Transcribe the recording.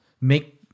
make